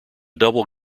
double